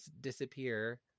disappear